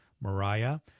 Mariah